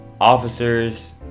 officers